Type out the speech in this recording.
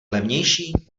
levnější